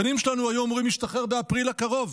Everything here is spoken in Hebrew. הבנים שלנו היו אמורים להשתחרר באפריל הקרוב.